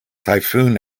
typhoon